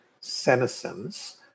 senescence